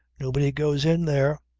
nobody goes in there.